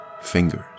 fingers